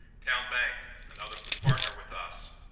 town bank, another partner with us,